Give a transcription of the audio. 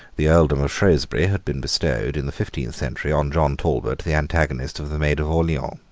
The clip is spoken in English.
the earldom of shrewsbury had been bestowed, in the fifteenth century, on john talbot, the antagonist of the maid of orleans.